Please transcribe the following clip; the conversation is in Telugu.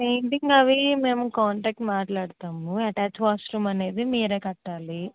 పెయింటింగ్ అవి మేము కాంట్రాక్ట్ మాట్లాడతాము ఎటాచ్ వాష్రూమ్ అనేది మీరే కట్టాలి